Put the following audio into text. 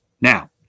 now